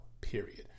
period